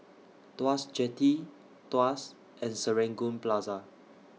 Tuas Jetty Tuas and Serangoon Plaza